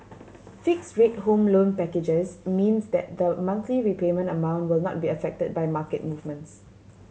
fixed rate Home Loan packages means that the monthly repayment amount will not be affected by market movements